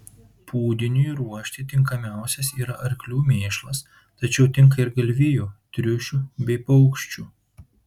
pūdiniui ruošti tinkamiausias yra arklių mėšlas tačiau tinka ir galvijų triušių bei paukščių